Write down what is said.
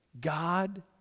God